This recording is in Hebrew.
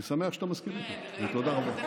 אני שמח שאתה מסכים איתי, ותודה רבה,